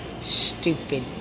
Stupid